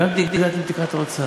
וגם אם הגדלתם את תקרת ההוצאה,